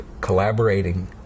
collaborating